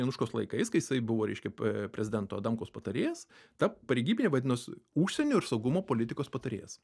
januškos laikais kai jisai buvo reiškia p prezidento adamkaus patarėjas ta pareigybė vadinos užsienio ir saugumo politikos patarėjas